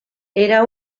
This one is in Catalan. era